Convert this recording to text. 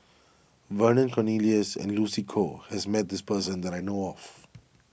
Vernon Cornelius and Lucy Koh has met this person that I know of